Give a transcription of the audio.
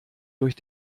durch